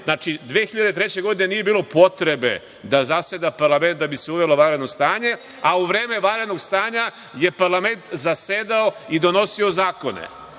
Godine 2003. nije bilo potrebe da zaseda parlament da bi se uvelo vanredno stanje, a u vreme vanrednog stanja je parlament zasedao i donosio zakone,